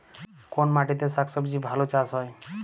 কোন মাটিতে শাকসবজী ভালো চাষ হয়?